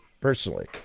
personally